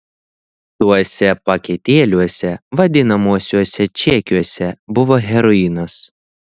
tuose paketėliuose vadinamuosiuose čekiuose buvo heroinas